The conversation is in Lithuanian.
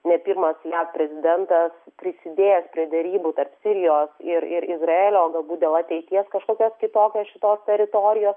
ne pirmas jav prezidentas prisidėjęs prie derybų tarp sirijos ir ir izraelio o galbūt dėl ateities kažkokios kitokios šitos teritorijos